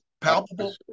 palpable